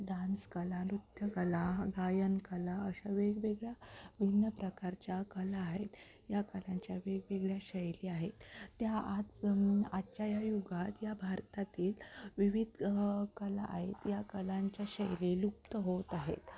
dance कला नृत्यकला गायन कला अशा वेगवेगळ्या भिन्न प्रकारच्या कला आहेत या कलांच्या वेगवेगळ्या शैली आहेत त्या आज आजच्या या युगात या भारतातील विविध कला आहेत या कलांच्या शैली लुप्त होत आहेत